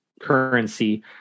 currency